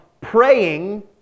praying